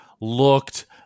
looked